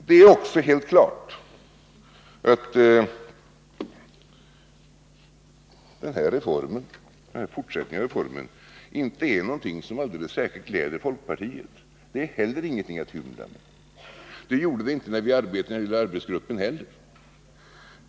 Det är inte heller något att hymla med att denna fortsättning av reformen inte är ett förslag som alldeles särskilt gläder folkpartiet. Det gjorde vi inte heller när vi behandlade denna fråga i arbetsgruppen.